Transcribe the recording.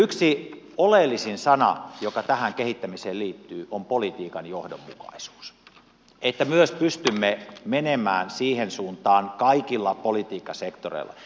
yksi oleellisin sana joka tähän kehittämiseen liittyy on politiikan johdonmukaisuus että myös pystymme menemään siihen suuntaan kaikilla politiikkasektoreilla